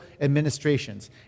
administrations